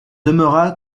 demeura